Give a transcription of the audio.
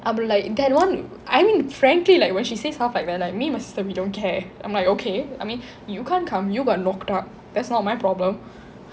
I would be like that one I mean frankly like when she says half like we are like me and my sister we don't care we are like okay I mean you can't come you got locked up that's not my problem